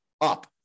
up